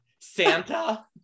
Santa